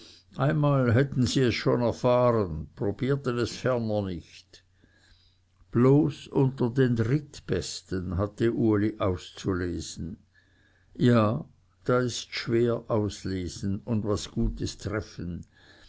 einmal hätten sie es schon erfahren probierten es ferner nicht bloß unter den drittbesten hatte uli auszulesen ja da ists schwer auslesen und was gutes treffen